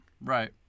Right